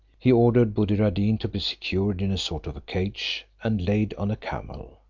he ordered buddir ad deen to be secured in a sort of cage, and laid on a camel.